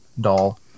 doll